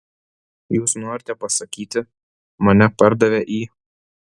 jūs norite pasakyti mane pardavė į